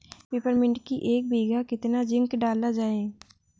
Peppermint की एक बीघा कितना जिंक डाला जाए?